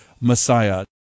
Messiah